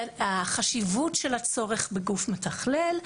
החשיבות של הצורך בגוף מתכלל,